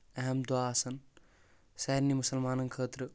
اہم دۄہ آسان سارنے مسلمانن خٲطرٕ